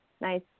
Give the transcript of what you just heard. Nice